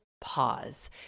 pause